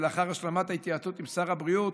ולאחר השלמת ההתייעצות עם שר הבריאות,